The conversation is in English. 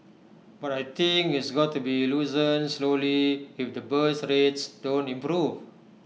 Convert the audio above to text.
but I think it's got to be loosened slowly if the birth rates don't improve